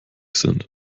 sind